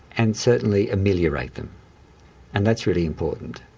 and certainly ameliorate them and that's really important.